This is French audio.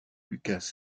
lucas